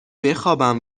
بخابم